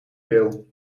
wil